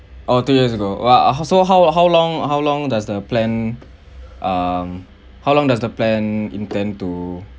oh two years ago uh how so how how long how long does the plan um how long does the plan intend to